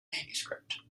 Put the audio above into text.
manuscript